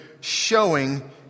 showing